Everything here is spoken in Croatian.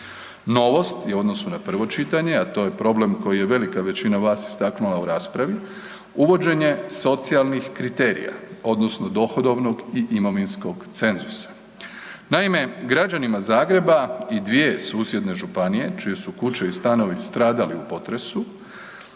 Novosti u odnosu na prvo čitanje, a to je problem koji je velika većina vas istaknula u raspravi, uvođenje socijalnih kriterija odnosno dohodovnog i imovinskog cenzusa. Naime, građanima Zagreba i dvije susjedne županije čije su kuće i stanovi stradali u potresu,